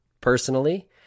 personally